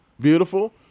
Beautiful